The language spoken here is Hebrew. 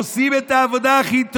עושים את העבודה הכי טוב.